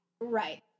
Right